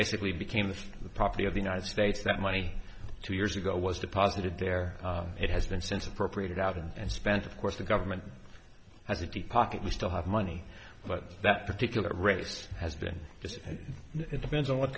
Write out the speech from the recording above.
basically became the the property of the united states that money two years ago was deposited there it has been since appropriated out and spent of course the government has a deep pocket we still have money but that particular race has been just it depends on what